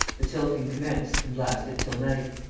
the tilting commenced and lasted till night.